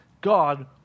God